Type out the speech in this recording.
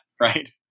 Right